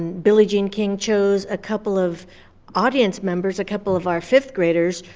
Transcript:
and billie jean king chose a couple of audience members, a couple of our fifth graders,